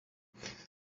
there